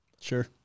Sure